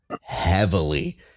heavily